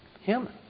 Human